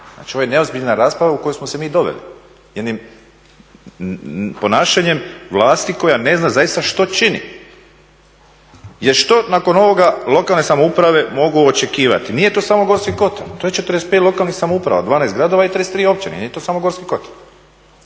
Znači ovo je neozbiljna rasprava u koju smo se mi doveli jednim ponašanjem vlasti koja ne zna zaista što čini. Jer što nakon ovoga lokalne samouprave mogu očekivati, nije to samo Gorski kotar, to je 45 lokalnih samouprava, 12 gradova i 33 općine. Nije to samo Gorski kotar.